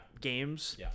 games